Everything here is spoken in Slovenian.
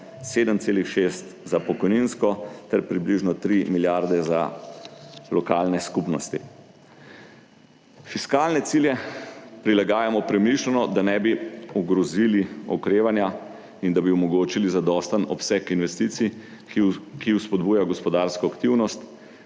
7,6 za pokojninsko ter približno 3 milijarde za lokalne skupnosti. Fiskalne cilje prilagajamo premišljeno, da ne bi ogrozili okrevanja in da bi omogočili zadosten obseg investicij, ki spodbuja gospodarsko aktivnost.